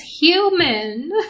human